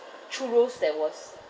churros that was